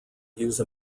use